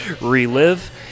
Relive